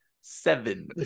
seven